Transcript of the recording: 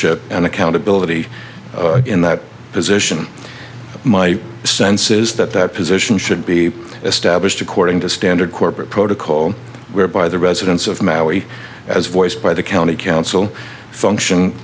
stewardship and accountability in that position my sense is that that position should be established according to standard corporate protocol whereby the residents of maui as voiced by the county council function